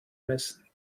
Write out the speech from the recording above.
messen